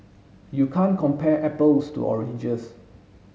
you can't compare apples to oranges